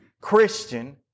Christian